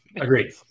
Agreed